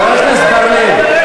חבר הכנסת בר-לב,